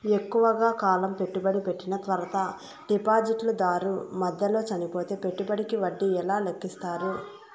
ఎక్కువగా కాలం పెట్టుబడి పెట్టిన తర్వాత డిపాజిట్లు దారు మధ్యలో చనిపోతే పెట్టుబడికి వడ్డీ ఎలా లెక్కిస్తారు?